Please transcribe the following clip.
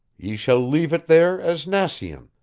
ye shall leave it there as nacien,